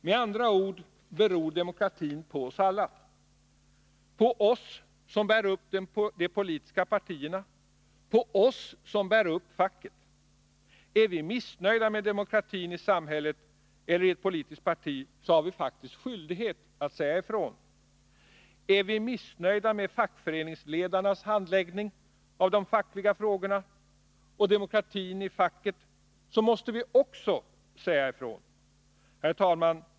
Med andra ord beror demokratin på oss alla, på oss som bär upp de politiska partierna, på oss som bär upp facket. Är vi missnöjda med demokratin i samhället eller i ett politiskt parti har vi faktiskt skyldighet att säga ifrån. Är vi missnöjda med fackföreningsledarnas handläggning av de fackliga frågorna och demokratin i facket måste vi också säga ifrån. Herr talman!